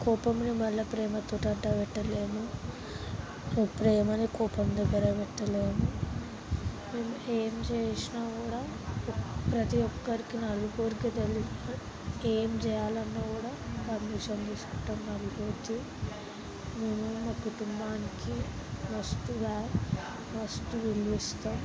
కోపంలో మళ్ళీ ప్రేమతో అంత పెట్టలేము ప్రేమని కోపం దగ్గర పెట్టలేము మేము ఏం చేసినా కూడా ప్రతి ఒక్కరికి నలుగురికి తెలిసి ఏం చేయాలన్నా కూడా పర్మిషన్ తీసుకుంటాం నలుగురిది మేము మా కుటుంబానికి మస్తు వ్యా మస్తు విలువిస్తాం